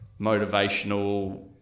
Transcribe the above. motivational